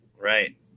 right